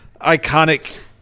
iconic